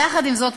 יחד עם זאת,